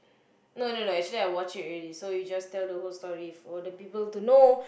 no no no actually I watch it already so you just tell the whole story for the people to know